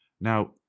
now